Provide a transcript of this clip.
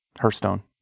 Hearthstone